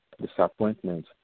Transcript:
disappointment